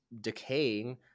decaying